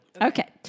Okay